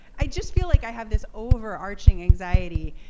i just feel like i have this overarching anxiety.